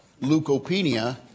leukopenia